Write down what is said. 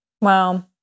Wow